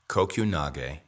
Kokunage